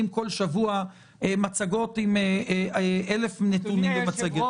בכל שבוע מצגות עם 1,000 נתונים במצגת.